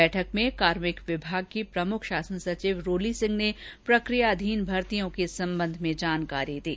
बैठक में कार्मिक विभाग की प्रमुख शासन सचिव रोली सिंह ने प्रकियाधीन भर्तियों के संबंध में जानकारी दी